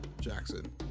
Jackson